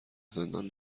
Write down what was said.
زندان